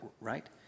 Right